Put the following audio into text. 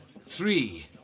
three